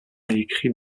écrit